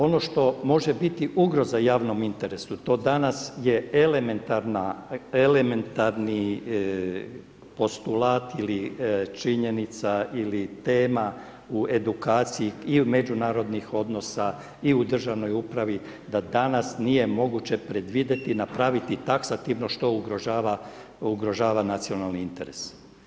Ono što može biti ugroza javnom interesu, to danas je elementarni postulat ili činjenica ili tema u edukaciji i međunarodnih odnosa i u držanoj upravi da danas nije moguće predvidjeti napraviti taksativno što ugrožava nacionalni interes.